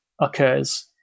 occurs